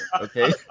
okay